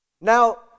Now